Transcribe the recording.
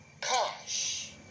cash